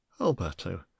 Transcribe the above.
Alberto